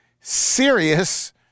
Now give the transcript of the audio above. serious